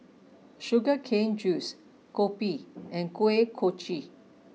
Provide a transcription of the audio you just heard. Sugar Cane Juice Kopi and Kuih Kochi